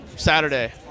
Saturday